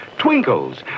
Twinkles